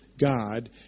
God